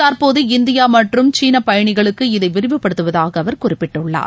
தற்போது இந்தியா மற்றும் சீனா பயணாளிகளுக்கு இதை விரிவுப்படுத்துவதாக அவர் குறிப்பிட்டுள்ளார்